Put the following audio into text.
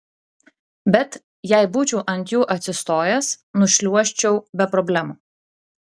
bet jei būčiau ant jų atsistojęs nušliuožčiau be problemų